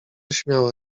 śmiała